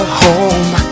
home